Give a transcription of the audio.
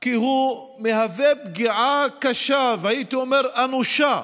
כי הוא מהווה פגיעה קשה, והייתי אומר: אנושה,